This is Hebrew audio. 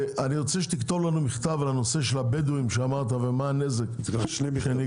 אני רוצה שתכתוב לנו מכתב בנושא הבדואים ומה הנזק שנגרם.